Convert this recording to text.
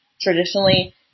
Traditionally